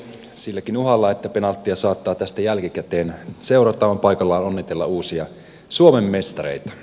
silläkin uhalla että penaltia saattaa tästä jälkikäteen seurata on paikallaan onnitella uusia suomen mestareita